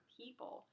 people